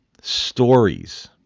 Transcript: stories